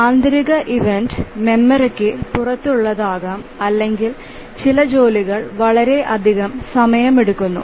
ആന്തരിക ഇവന്റ് മെമ്മറിക്ക് പുറത്തുള്ളതാകാം അല്ലെങ്കിൽ ചില ജോലികൾ വളരെയധികം സമയമെടുക്കുന്നു